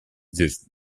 gesù